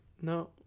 No